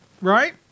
Right